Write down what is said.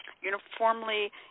uniformly